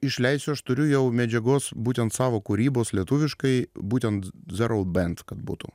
išleisiu aš turiu jau medžiagos būtent savo kūrybos lietuviškai būtent darau bent kad būtų